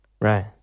Right